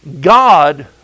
God